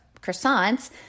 croissants